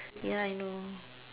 ya I know